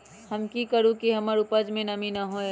हम की करू की हमर उपज में नमी न होए?